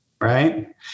right